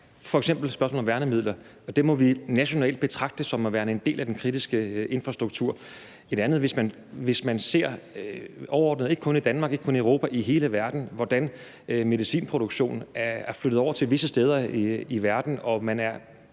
f.eks. spørgsmålet om værnemidler, som vi nationalt må betragte som værende en del af den kritiske infrastruktur. Noget andet er, om det, hvis man overordnet ser på, ikke kun i Danmark, ikke kun i Europa, men i hele verden, hvordan medicinproduktionen er flyttet over til visse steder i verden og man i